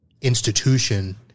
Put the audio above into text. institution